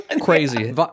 crazy